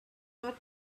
not